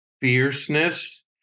fierceness